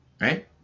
right